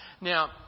Now